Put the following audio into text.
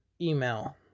email